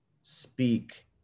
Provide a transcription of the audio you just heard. speak